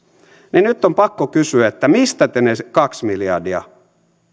nyt on pakko kysyä mistä te ne kaksi miljardia